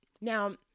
Now